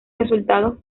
resultados